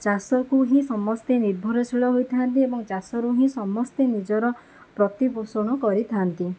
ଚାଷକୁ ହିଁ ସମସ୍ତେ ନିର୍ଭରଶୀଳ ହୋଇଥାନ୍ତି ଏବଂ ଚାଷରୁ ହିଁ ସମସ୍ତେ ନିଜର ପ୍ରତିପୋଷଣ କରିଥାନ୍ତି